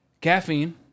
caffeine